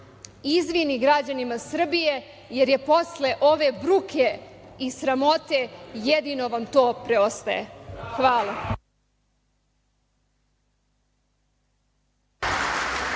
izvini građanima Srbije, jer posle ove bruke i sramote, jedino vam to preostaje. Hvala.